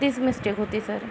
तीच मिस्टेक होती सर